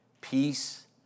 peace